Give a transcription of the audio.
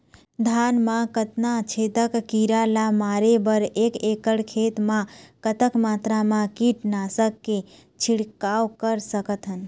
धान मा कतना छेदक कीरा ला मारे बर एक एकड़ खेत मा कतक मात्रा मा कीट नासक के छिड़काव कर सकथन?